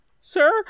sir